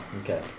Okay